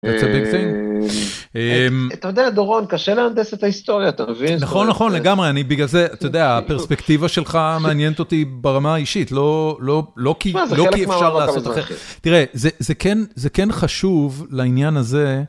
אתה יודע דורון, קשה להנדס את ההיסטוריה, אתה מבין? נכון, נכון לגמרי, אני בגלל זה... אתה יודע הפרספקטיבה שלך מעניינת אותי ברמה האישית, לא כי אפשר לעשות אחרת... תראה זה כן זה כן חשוב לעניין הזה.